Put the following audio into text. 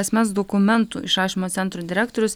asmens dokumentų išrašymo centro direktorius